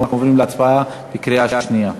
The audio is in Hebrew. אנחנו עוברים להצבעה בקריאה שנייה,